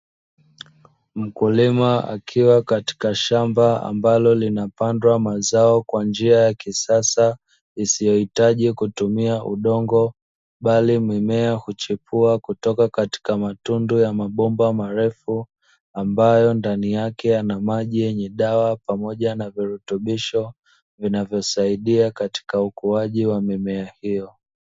Mkulima akiwa katika shamba ambalo linalopandwa mazao kwa njia ya kisasa, isiyohitaji kutumia udongo bali mimea huchepua kutoka matundu ya mabomba marefu ambayo ndani yake yana maji yenye dawa pamoja na virutubisho vinavyosaidia katika ukuaji wa mimea hiyo.